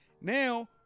now